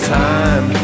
time